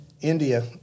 India